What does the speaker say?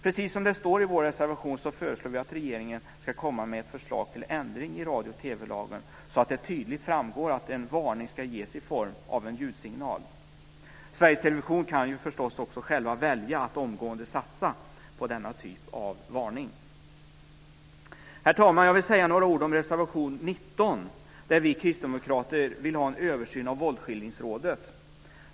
Precis som det står i vår reservation föreslår vi att regeringen ska lägga fram förslag till ändring i radio och TV-lagen så att det tydligt framgår att en varning ska ges i form av en ljudsignal. Sveriges Television kan ju förstås också själv välja att omgående satsa på denna typ av varning. Herr talman! Jag vill säga några ord om reservation 19, där vi kristdemokrater vill ha en översyn av Våldsskildringsrådet.